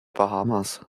bahamas